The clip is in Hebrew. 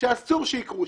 שאסור שיקרו.